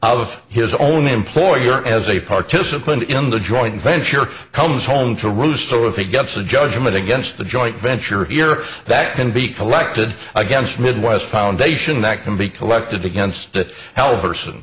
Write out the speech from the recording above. of his own employer as a participant in the joint venture comes home to roost so if he gets a judgment against the joint venture of year that can be collected against midwest foundation that can be collected against the health person